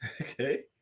okay